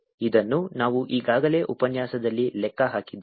ಇದನ್ನು ನಾವು ಈಗಾಗಲೇ ಉಪನ್ಯಾಸದಲ್ಲಿ ಲೆಕ್ಕ ಹಾಕಿದ್ದೇವೆ